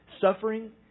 suffering